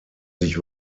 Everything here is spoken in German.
sich